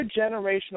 Intergenerational